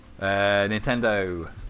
Nintendo